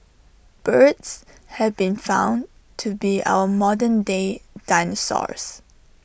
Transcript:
birds have been found to be our modern day dinosaurs